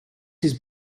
his